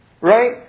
Right